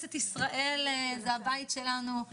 כנסת ישראל זה הבית שלנו,